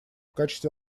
качестве